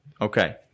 Okay